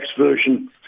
version